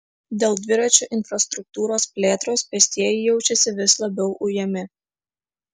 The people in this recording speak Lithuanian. dėl dviračių infrastruktūros plėtros pėstieji jaučiasi vis labiau ujami